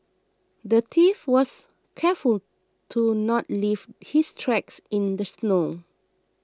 the thief was careful to not leave his tracks in the snow